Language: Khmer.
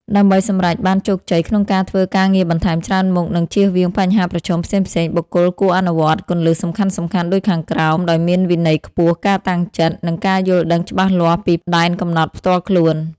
ដើម្បីសម្រេចបានជោគជ័យក្នុងការធ្វើការងារបន្ថែមច្រើនមុខ និងជៀសវាងបញ្ហាប្រឈមផ្សេងៗ បុគ្គលគួរអនុវត្តគន្លឹះសំខាន់ៗដូចខាងក្រោមដោយមានវិន័យខ្ពស់ ការតាំងចិត្ត និងការយល់ដឹងច្បាស់លាស់ពីដែនកំណត់ផ្ទាល់ខ្លួន។